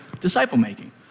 disciple-making